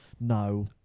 No